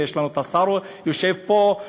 ויש לנו השר שיושב פה,